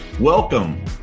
Welcome